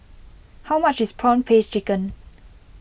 how much is Prawn Paste Chicken